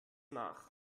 nach